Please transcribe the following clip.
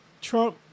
Trump